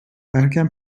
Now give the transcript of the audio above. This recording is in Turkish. erken